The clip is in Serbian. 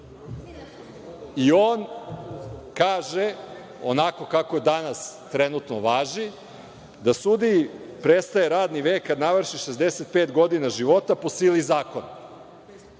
i on kaže, onako kako danas trenutno važi da - sudiji prestaje radni vek kada navrši 65 godina života po sili zakona. Drugi